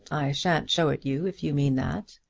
i shan't show it you, if you mean that.